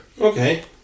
Okay